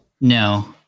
no